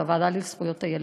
הוועדה לזכויות הילד.